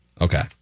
Okay